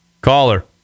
Caller